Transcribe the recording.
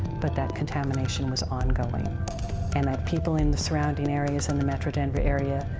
but that contamination was ongoing and that people in the surrounding areas, in the metro denver area,